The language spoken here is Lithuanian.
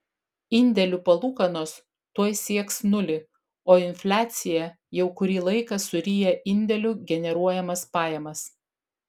indėlių palūkanos tuoj sieks nulį o infliacija jau kurį laiką suryja indėlių generuojamas pajamas